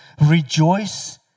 Rejoice